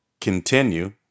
continue